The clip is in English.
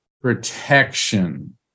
protection